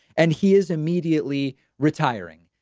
and he is immediately retiring.